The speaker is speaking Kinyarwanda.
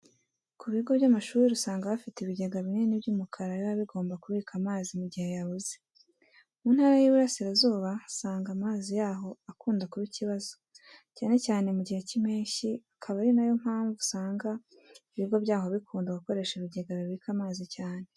Ku bigo by'amashuri usanga bafite ibigega binini by'umukara biba bigomba kubika amazi mu gihe yabuze. Mu Ntara y'Iburasirazuba usanga amazi yaho akunda kuba ikibazo, cyane cyane mu gihe cy'impeshyi, akaba ari na yo mpamvu usanga ibigo byaho bikunda gukoresha ibigega bibika amazi cyane.